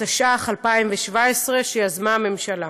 התשע"ח 2017, שיזמה הממשלה.